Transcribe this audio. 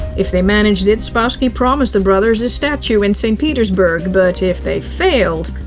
if they managed it, spassky promised the brothers a statue in saint petersburg, but if they failed.